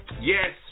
Yes